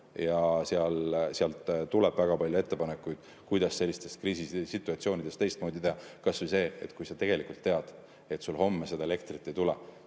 ja neilt tuleb väga palju ettepanekuid, kuidas sellistes kriisisituatsioonides teistmoodi teha. Kas või see, et kui on tegelikult teada, et homme seda elektrit ei tule,